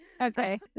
Okay